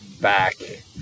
back